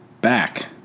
back